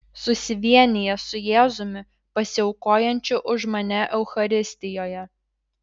susivienijęs su jėzumi pasiaukojančiu už mane eucharistijoje